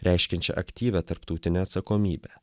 reiškiančią aktyvią tarptautinę atsakomybę